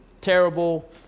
terrible